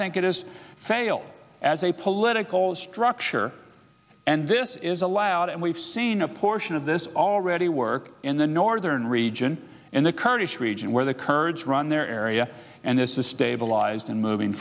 think it has failed as a political structure and this is allowed and we've seen a portion of this already work in the northern region in the kurdish region where the kurds run their area and this is stabilized and moving